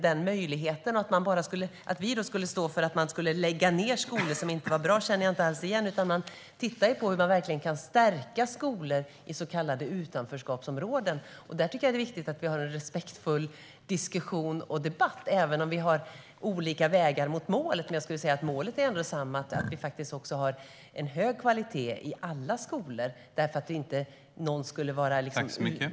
Jag känner inte igen att vi skulle stå för att man ska lägga ned skolor som inte är bra, utan vi tittar på hur man kan stärka skolor i så kallade utanförskapsområden. Det är viktigt att vi har en respektfull diskussion och debatt även om vi har olika vägar till målet. Målet är ju detsamma: att ha hög kvalitet i alla skolor så att ingen får gå i en dålig skola.